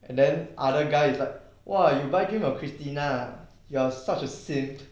and then other guy is like !wah! you buy drink for christina ah you are such a simp